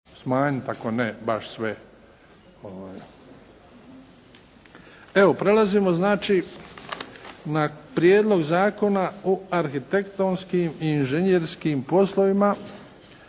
**Bebić, Luka (HDZ)** Evo prelazimo znači na: - Prijedlog Zakona u arhitektonskim i inženjerskim poslovima